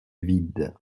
vide